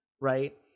right